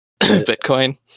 Bitcoin